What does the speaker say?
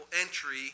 entry